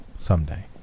someday